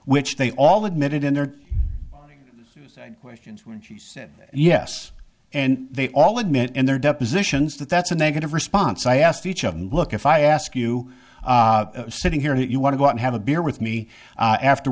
which they all admitted in their questions when she said yes and they all admit in their depositions that that's a negative response i asked each of them look if i ask you sitting here that you want to go out have a beer with me after